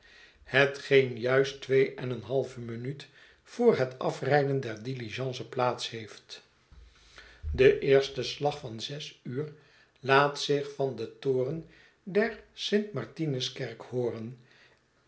hetgeen juist twee en eene halve minuut voor het afrijden der diligence plaats heeft de eerste slag van zes uur laat zich van den toren der st martinskerk hooren